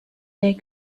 telles